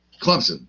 Clemson